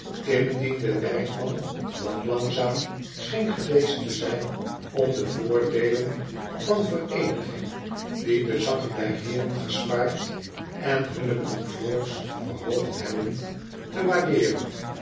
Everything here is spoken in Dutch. de werkman wat langzaam scheen geweest te zijhom de voordeden van vereeniging die de zakken der heeren gespaard en hunne comforts verhoogd hebben te waar